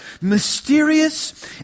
mysterious